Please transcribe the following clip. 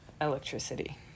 electricity